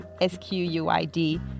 S-Q-U-I-D